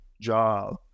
job